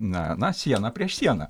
na na siena prieš sieną